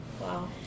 Wow